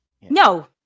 no